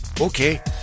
okay